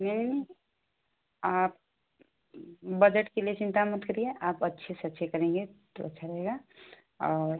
नहीं आप बजट के लिए चिंता मत करिए आप अच्छे से अच्छे करेंगे तो अच्छा रहेगा और